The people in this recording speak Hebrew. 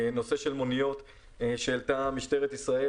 נושא המוניות שהעלתה משטרת ישראל